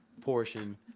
portion